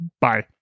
Bye